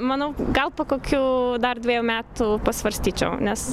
manau gal po kokių dar dvejų metų pasvarstyčiau nes